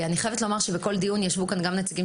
אני חייבת לומר שבכל דיון ישבו כאן גם נציגים